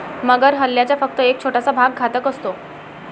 मगर हल्ल्याचा फक्त एक छोटासा भाग घातक असतो